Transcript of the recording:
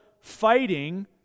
fighting